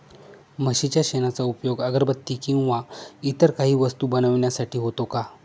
म्हशीच्या शेणाचा उपयोग अगरबत्ती किंवा इतर काही वस्तू बनविण्यासाठी होतो का?